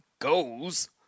goes